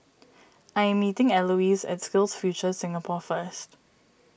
I am meeting Elouise at SkillsFuture Singapore first